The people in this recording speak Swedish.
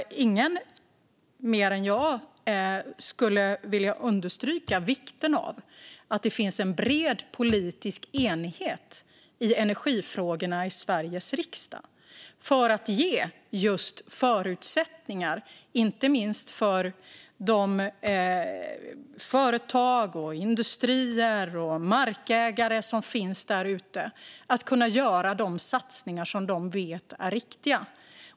Ingen vill mer än jag understryka vikten av att det finns en bred politisk enighet i Sveriges riksdag om energifrågorna för att ge inte minst de företag, industrier och markägare som finns där ute förutsättningar att göra de satsningar som de vet är riktiga.